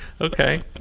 Okay